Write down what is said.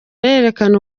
arerekana